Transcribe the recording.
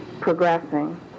progressing